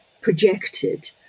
projected